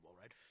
right